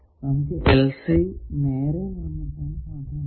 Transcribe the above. നമുക്ക് LC നേരെ നിർമിക്കാൻ സാധ്യമല്ല